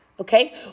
Okay